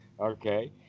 Okay